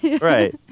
Right